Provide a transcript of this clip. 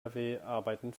arbeiten